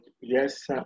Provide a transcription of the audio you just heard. yes